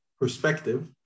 perspective